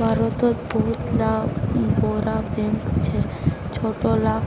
भारतोत बहुत ला बोड़ो बैंक से छोटो ला